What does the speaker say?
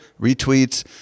retweets